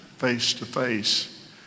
face-to-face